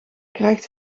krijgt